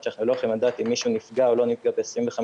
שאנחנו לא יכולים לדעת אם מישהו נפגע או לא נפגע ב-25%,